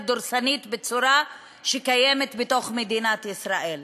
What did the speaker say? דורסנית בצורה שקיימת בתוך מדינת ישראל.